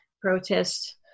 protests